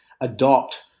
adopt